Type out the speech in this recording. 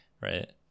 right